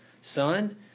son